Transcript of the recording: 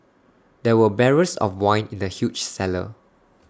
there were barrels of wine in the huge cellar